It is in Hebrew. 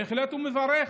בהחלט הוא מברך.